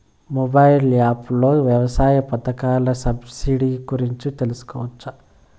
Mobile app లో వ్యవసాయ పథకాల సబ్సిడి గురించి తెలుసుకోవచ్చా?